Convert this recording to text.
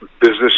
business